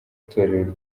itorero